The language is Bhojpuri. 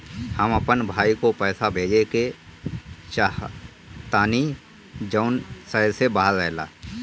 हम अपन भाई को पैसा भेजे के चाहतानी जौन शहर से बाहर रहेला